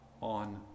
on